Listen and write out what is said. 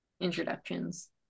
introductions